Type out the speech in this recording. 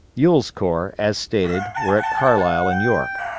ewell's corps, as stated, were at carlisle and york,